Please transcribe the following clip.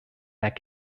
that